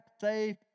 safe